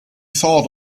thought